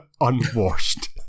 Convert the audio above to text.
unwashed